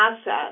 asset